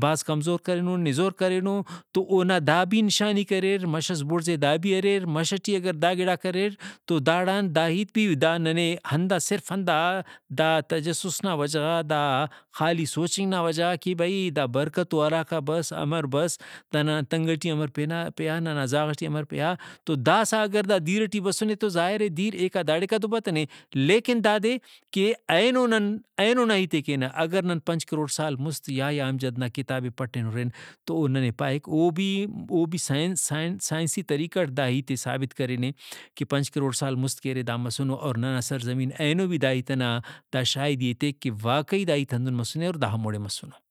بھاز کمزور کرینونزور کرینو تو اونا دا بھی نشانیک اریر مَش ئس بُڑزے دا بھی اریر مَش ئٹی اگر دا گڑاک اریر تو داڑان دا ہیت بھی دا ننے ہندا صرف ہندا دا تجسس وجہ غا دا خالی سوچنگ نا وجہ غا کہ بھئی دا برکتو ہراکا بس امر بس دانا تنگ ٹی امر پنا پیہا ننا زاو ٹی امر پیہا ۔تو داسہ اگر دِیر ٹی بسنے تو ظاہرے دِیر ایکا داڑیکا تو بتنے لیکن دادے کہ اینو نن اینو نا ہیتے کینہ اگر نن پنچ کروڑ سال مُست یحییٰ امجد نا کتابے پٹین ہُرن تو او ننے پائک او بھی او بھی سائنس سائنس سائنسی طریقہ ٹی ثابت کرینے کہ پنچ کروڑ سال مُست کہ دا مسنو اور ننا سر زمین اینو بھی دا ہیت ئنا دا شاہدی ئے تیک کہ واقعی دا ہیت ہندن مسُنے اور دا ہموڑے مسُنے۔